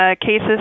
cases